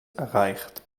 erreicht